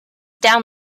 down